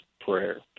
prayer